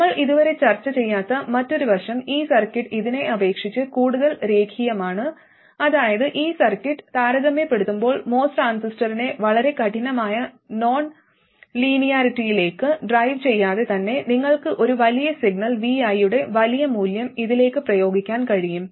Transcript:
നമ്മൾ ഇതുവരെ ചർച്ച ചെയ്യാത്ത മറ്റൊരു വശം ഈ സർക്യൂട്ട് ഇതിനെ അപേക്ഷിച്ച് കൂടുതൽ രേഖീയമാണ് അതായത് ഈ സർക്യൂട്ട് താരതമ്യപ്പെടുത്തുമ്പോൾ MOS ട്രാൻസിസ്റ്ററിനെ വളരെ കഠിനമായ നോൺ ലീനിയറിറ്റിയിലേക്ക് ഡ്രൈവ് ചെയ്യാതെ തന്നെ നിങ്ങൾക്ക് ഒരു വലിയ സിഗ്നൽ Vi യുടെ വലിയ മൂല്യം ഇതിലേക്ക് പ്രയോഗിക്കാൻ കഴിയും